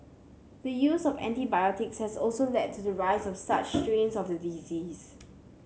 the use of antibiotics has also led to the rise of such strains of the disease